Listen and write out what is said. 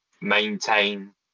maintain